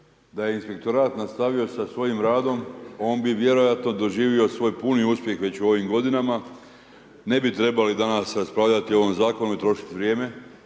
Da je inspektorat nastavio sa svojim radom, on bi vjerojatno doživio svoj puni uspjeh već u ovim godinama. Ne bi trebali danas raspravljati o ovom zakonu i trošiti vrijeme